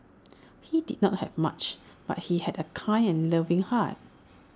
he did not have much but he had A kind and loving heart